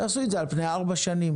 תעשו את זה על פני ארבע שנים,